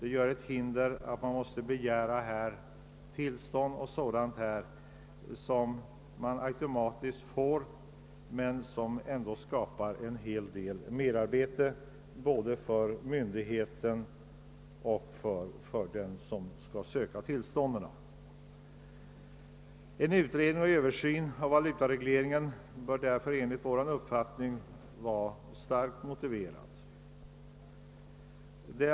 Tillstånd måste begäras, som man får automatiskt — då har emellertid både myndigheten och den som skall söka tillståndet förorsakats en hel del arbete och extra besvär. En översyn av valutaregleringen är mot denna bakgrund enligt vår uppfattning motiverad.